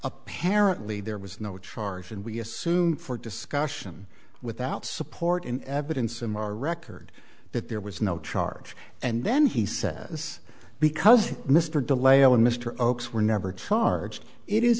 apparently there was no charge and we assume for discussion without support in evidence from our record that there was no charge and then he says because mr delay and mr oakes were never charged it is